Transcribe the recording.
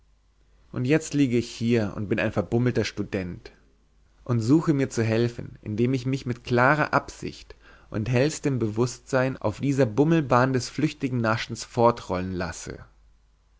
und jetzt liege ich hier und bin ein verbummelter student und suche mir zu helfen indem ich mich mit klarer absicht und hellstem bewußtsein auf dieser bummelbahn des flüchtigen naschens fortrollen lasse